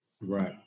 Right